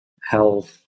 health